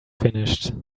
finished